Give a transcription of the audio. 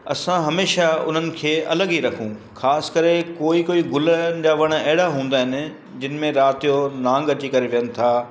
असां हमेशा उन्हनि खे अलॻि ई रखूं ख़ासि करे कोई कोई गुलनि जा वण अहिड़ा हूंदा आहिनि जंहिंमें राति जो नांग अची करे विहनि था